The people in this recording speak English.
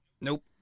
Nope